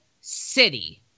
city